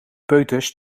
peuters